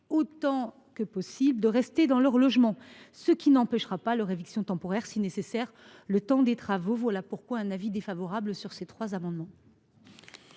autant que possible aux occupants de rester dans leur logement, ce qui n’empêchera pas leur éviction temporaire, si nécessaire, le temps des travaux. La commission a donc émis un avis défavorable sur ces trois amendements